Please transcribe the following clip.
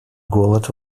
голод